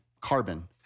carbon